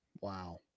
Wow